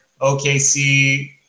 okc